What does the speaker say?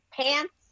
Pants